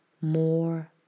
more